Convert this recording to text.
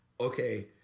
okay